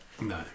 no